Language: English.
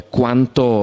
quanto